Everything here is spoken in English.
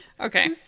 okay